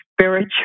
spiritual